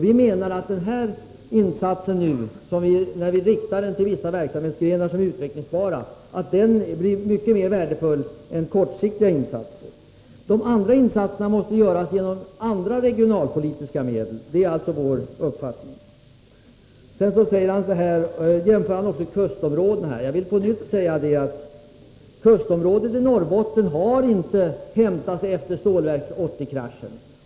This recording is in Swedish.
Vi menar att när vi nu riktar den här insatsen till vissa verksamhetsgrenar som är utvecklingsbara, så blir den mycket mera värdefull än kortsiktiga insatser. De övriga insatserna måste göras med andra regionalpolitiska medel. Det är alltså vår uppfattning. Vad beträffar jämförelsen med kustområdena vill jag på nytt säga, att kustområdet i Norrbotten har inte hämtat sig efter Stålverk 80-kraschen.